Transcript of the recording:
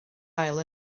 haul